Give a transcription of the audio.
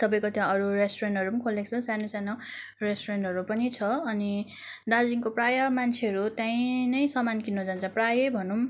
तपाईँको त्यहाँ अरू रेस्टुरेन्टहरू पनि खोलेको छ सानो सानो रेस्टुरेन्टहरू पनि छ अनि दार्जिलिङको प्रायः मान्छेहरू त्यहीँ नै सामान किन्नु जान्छ प्रायैः भनौँ